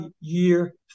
year